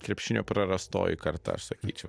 krepšinio prarastoji karta aš sakyčiau